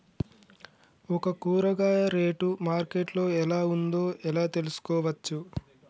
ఒక కూరగాయ rate market లో ఎలా ఉందో ఎలా తెలుసుకోవచ్చు?